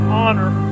honor